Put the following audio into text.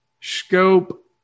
Scope